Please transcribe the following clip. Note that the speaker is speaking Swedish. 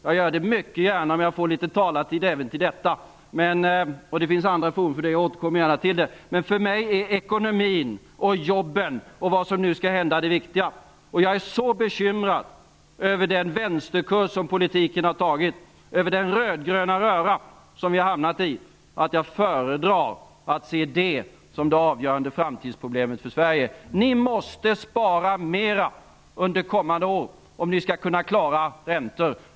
Jag gör det mycket gärna om jag får litet talartid även till det, men det finns även andra forum - jag återkommer till det. Men för mig är ekonomin och jobben och det som nu skall hända det viktiga. Jag är så bekymrad över den vänsterkurv som politiken har tagit, över den röd-gröna röra om vi hamnat i, att jag föredrar att se det som det avgörande framtidsproblemet för Sverige. Ni måste spara mera under kommande år om ni skall kunna klara räntor.